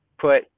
put